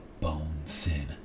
bone-thin